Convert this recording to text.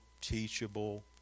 teachable